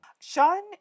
Sean